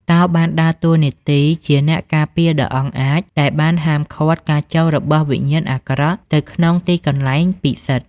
តោបានដើរតួនាទីជាអ្នកការពារដ៏អង់អាចដែលបានហាមឃាត់ការចូលរបស់វិញ្ញាណអាក្រក់ទៅក្នុងទីកន្លែងពិសិដ្ឋ។